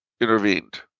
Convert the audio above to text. intervened